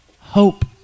hope